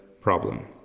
problem